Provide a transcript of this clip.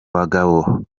bagabo